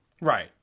Right